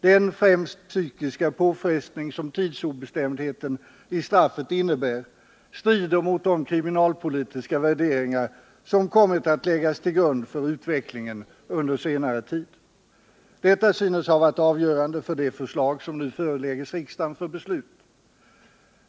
Den främst psykiska påfrestning som tidsobestämdheten i straffet innebär strider mot de kriminalpolitiska värderingar som kommit att läggas till grund för utvecklingen under senare tid. Detta synes ha varit avgörande för det förslag som nu förelägges riksdagen för beslut.